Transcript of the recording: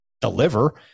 deliver